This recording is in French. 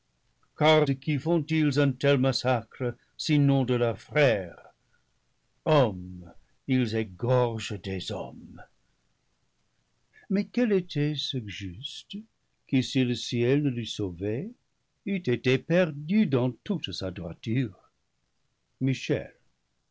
qui font-ils un tel massacre sinon de leurs frères hommes ils égorgent des hommes mais quel était ce juste qui si le ciel ne l'eût sauvé eût été perdu dans toute sa droiture michel